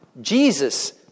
Jesus